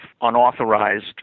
unauthorized